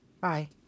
Bye